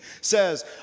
says